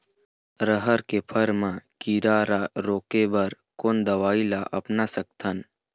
रहर के फर मा किरा रा रोके बर कोन दवई ला अपना सकथन?